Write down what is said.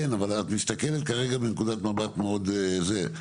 כן, אבל את מסתכלת כרגע מנקודת מבט מאוד זה.